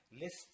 list